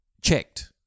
checked